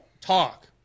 talk